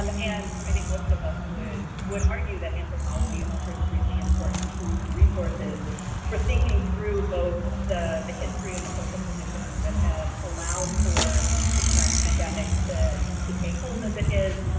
um and i think most of us would would argue that anthropology offers really important tools and resources for thinking through both the the history and the social conditions that have allowed for the current pandemic to to take hold as it is,